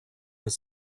was